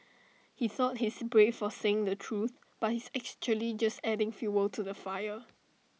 he thought he's brave for saying the truth but he's actually just adding fuel to the fire